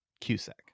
Cusack